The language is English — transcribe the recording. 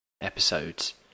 episodes